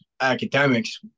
academics